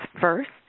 first